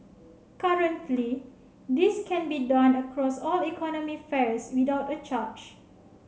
currently this can be done across all economy fares without a charge